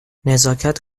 نزاکت